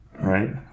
right